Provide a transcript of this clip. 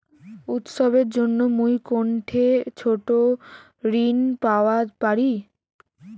উৎসবের জন্য মুই কোনঠে ছোট ঋণ পাওয়া পারি?